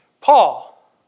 Paul